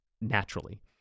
naturally